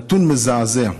נתון מזעזע.